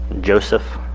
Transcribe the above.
Joseph